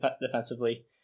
defensively